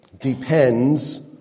depends